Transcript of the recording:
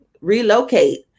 relocate